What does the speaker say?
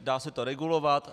Dá se to regulovat.